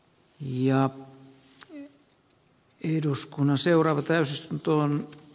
ja eduskunnan seuraava täysistunto on